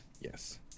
Yes